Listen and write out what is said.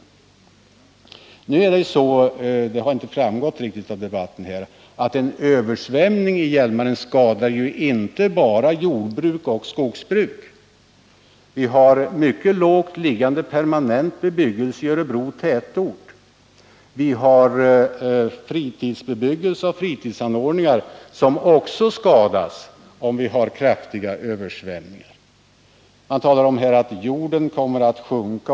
En översvämning i Hjälmaren skadar — det har inte framgått riktigt av debatten — inte bara jordbruk och skogsbruk. Vi har mycket lågt liggande permanentbebyggelse i tätorten Örebro. Vi har fritidsbebyggelse och fritidsanordningar som också skadas. om det blir kraftiga översvämningar. Man talar här om att jorden kommer att sjunka.